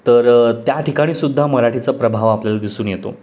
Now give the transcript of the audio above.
तर त्या ठिकाणी सुद्धा मराठीचा प्रभाव आपल्याला दिसून येतो